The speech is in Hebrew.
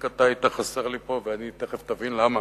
רק אתה היית חסר לי פה ותיכף תבין למה.